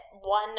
one